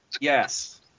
yes